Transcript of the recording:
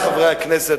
חברי חברי הכנסת,